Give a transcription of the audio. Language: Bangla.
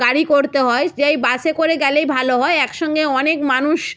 গাড়ি করতে হয় যেই বাসে করে গেলেই ভালো হয় একসঙ্গে অনেক মানুষ